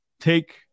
take